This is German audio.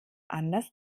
anders